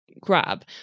grab